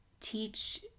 teach